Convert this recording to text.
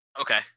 Okay